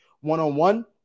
one-on-one